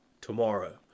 tomorrow